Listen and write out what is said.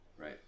Right